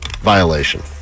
violation